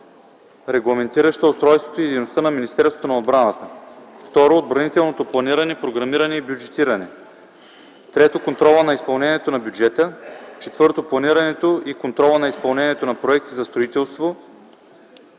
регламентираща устройството и дейността на Министерството на отбраната; 2. отбранителното планиране, програмиране и бюджетиране; 3. контрола на изпълнението на бюджета; 4. планирането и контрола на изпълнението на проекти за строителство,